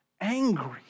angry